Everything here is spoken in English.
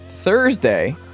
Thursday